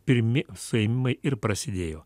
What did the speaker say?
pirmi suėmimai ir prasidėjo